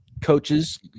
coaches